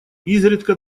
изредка